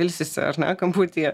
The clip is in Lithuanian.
ilsisi ar ne kamputyje